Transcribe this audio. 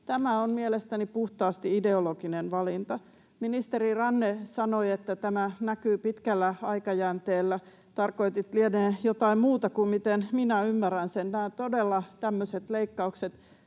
Tämä on mielestäni puhtaasti ideologinen valinta. Ministeri Ranne sanoi, että tämä näkyy pitkällä aikajänteellä, mutta lienet tarkoittanut jotain muuta kuin miten minä ymmärrän sen. Todella tämmöiset leikkaukset